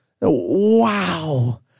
Wow